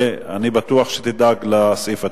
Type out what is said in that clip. ואני בטוח שתדאג לסעיף התקציבי.